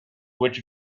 which